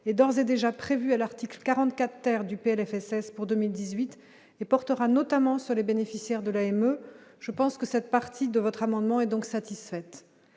et d'ores et déjà prévue à l'article 44 heures du PLFSS pour 2018 et portera notamment sur les bénéficiaires de l'AME, je pense que cette partie de votre amendement est donc satisfaite